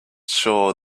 sure